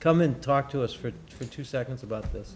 come and talk to us for two seconds about this